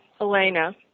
Elena